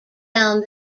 down